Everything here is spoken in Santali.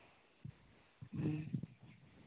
ᱦᱩᱸ